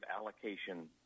allocation